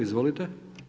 Izvolite.